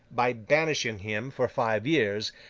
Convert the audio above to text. by banishing him for five years,